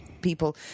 people